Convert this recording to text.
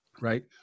right